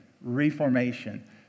reformation